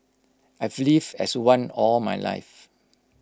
I've lived as one all my life